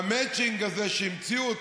והמצ'ינג הזה שהמציאו,